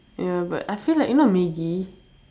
ya but I feel like you know Maggi